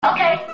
Okay